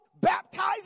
baptizing